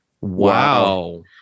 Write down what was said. Wow